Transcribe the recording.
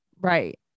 Right